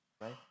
right